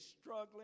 struggling